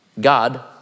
God